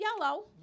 yellow